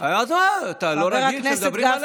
מדברים עליי.